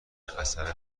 اثر